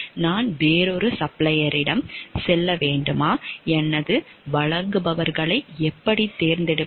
நான் வேறொரு சப்ளையரிடம் செல்ல வேண்டுமா எனது வழங்குபவர்களை எப்படி தேர்ந்தெடுப்பது